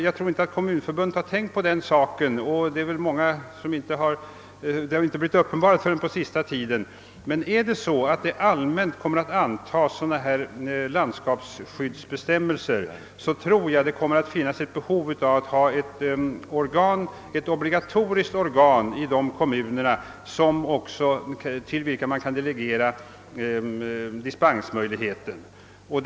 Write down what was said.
Jag tror inte att Kommunförbundet har tänkt på den saken; problemen har väl inte blivit uppenbara förrän på senaste tiden. Om det allmänt kommer att införas sådana här landskapsskyddsbestämmelser, kommer det emellertid att finnas behov av att ha ett obligatoriskt organ i de berörda kommunerna, till vilket dispensmöjligheten kan delegeras.